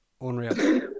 unreal